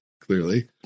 clearly